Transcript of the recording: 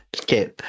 okay